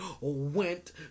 went